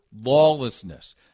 lawlessness